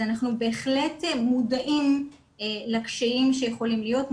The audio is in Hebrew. אז אנחנו בהחלט מודעים לקשיים שיכולים להיות,